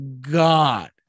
God